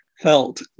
felt